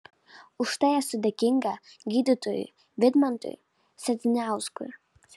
už tai esu dėkinga gydytojui vidmantui sedziniauskui